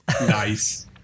nice